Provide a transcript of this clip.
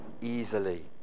easily